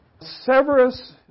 Severus